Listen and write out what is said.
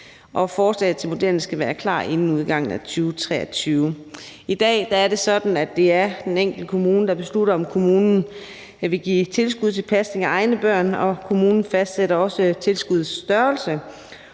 og forslaget til modellen skal være klar inden udgangen af 2023. I dag er det sådan, at det er den enkelte kommune, der beslutter, om kommunen vil give et tilskud til pasning af egne børn, og kommunen fastsætter også tilskuddets størrelse,